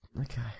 Okay